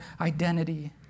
identity